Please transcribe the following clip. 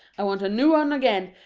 i want a noo un again,